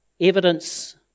Evidence